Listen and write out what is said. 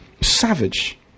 savage